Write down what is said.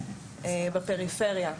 בפריפריה.